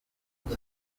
hafi